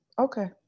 Okay